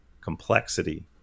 complexity